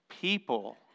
people